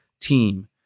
team